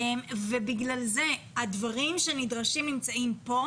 הדברים שנדרשים נמצאים כאן.